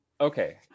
Okay